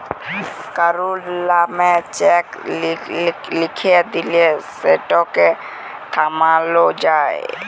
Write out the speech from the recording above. কারুর লামে চ্যাক লিখে দিঁলে সেটকে থামালো যায়